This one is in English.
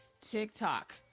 TikTok